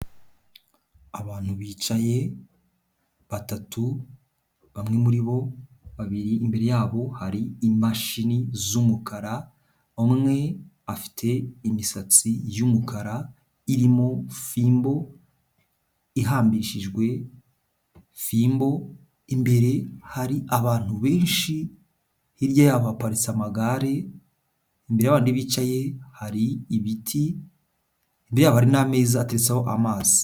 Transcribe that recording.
Abantu bicaye batatu bamwe muri bo babiri imbere yabo hari imashini z'umukara, umwe afite imisatsi y'umukara irimo fimbo, ihambirishijwe fimbo, imbere hari abantu benshi, hirya yabo haparitse amagare, imbere ya babandi bicaye hari ibiti, imbere yabo hari n'ameza ateretseho amazi.